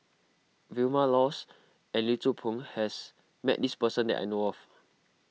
Vilma Laus and Lee Tzu Pheng has met this person that I know of